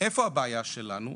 איפה הבעיה שלנו,